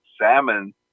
salmon